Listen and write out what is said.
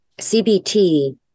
CBT